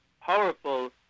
powerful